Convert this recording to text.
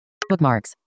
Bookmarks